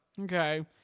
Okay